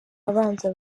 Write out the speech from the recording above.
abanza